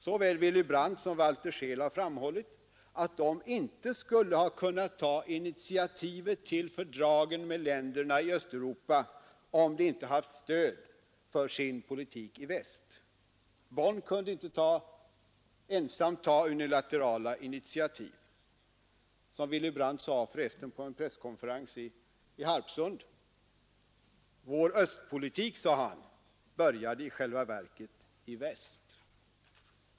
Såväl Willy Brandt som Walter Scheel har framhållit att de inte skulle ha kunnat ta initiativet till fördragen med länder i Östeuropa, om de inte haft stöd för sin östpolitik i väst. Bonn kunde inte ensam ta unilaterala initiativ. Willy Brandt sade för resten på en presskonferens på Harpsund: Vår östpolitik började i själva verket i väst.